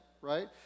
right